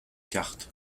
cartes